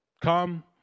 Come